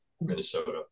Minnesota